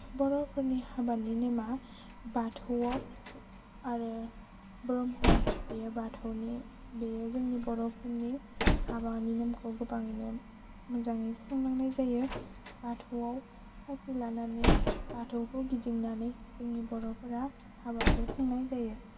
बर'फोरनि हाबानि नेमआ बाथौआव आरो ब्रह्म बेयो बाथौनि बेयो जोंनि बर'फोरनि हाबानि नेमखौ गोबाङैनो मोजाङै खुंलांनाय जायो बाथौआव साखि लानानै बाथौखौ गिदिंनानै जोंनि बर'फोरा हाबाखौ खुंनाय जायो